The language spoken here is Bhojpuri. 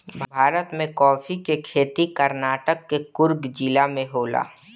भारत में काफी के खेती कर्नाटक के कुर्ग जिला में होला